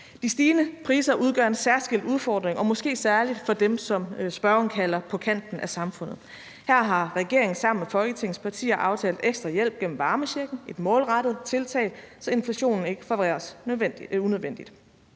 De stigende priser udgør en særskilt udfordring og måske særlig for dem, som spørgeren siger er på kanten af samfundet. Her har regeringen sammen med Folketingets partier aftalt ekstra hjælp gennem varmechecken, et målrettet tiltag, så inflationen ikke forværres unødvendigt.